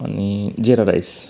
आणि जिरा राईस